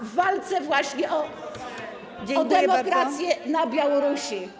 w walce właśnie o demokrację na Białorusi.